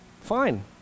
fine